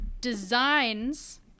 designs